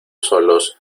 solos